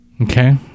Okay